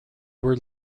were